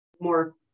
more